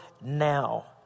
now